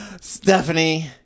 Stephanie